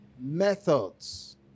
methods